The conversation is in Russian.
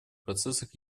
процессах